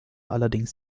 allerdings